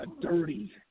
dirty